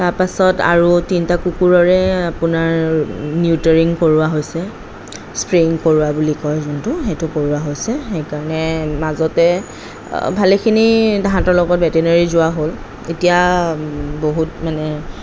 তাৰপাছত আৰু তিনিটা কুকুৰৰে আপোনাৰ নিউটেৰিণ কৰোৱা হৈছে ষ্ট্ৰেইন কৰোৱা বুলি কয় যোনটো সেইটো কৰোৱা হৈছে সেইকাৰণে মাজতে ভালেখিনি তাহাঁতৰ লগত ভেটেনেৰী যোৱা হ'ল এতিয়া বহুত মানে